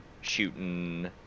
shooting